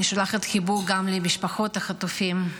אני שולחת חיבוק גם למשפחות החטופים.